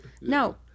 No